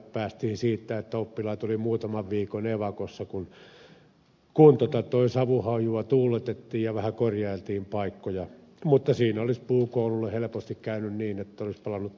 päästiin sillä että oppilaat olivat muutaman viikon evakossa kun savun hajua tuuletettiin ja vähän korjailtiin paikkoja mutta puukoululle siinä olisi helposti käynyt niin että olisi palanut tuhkana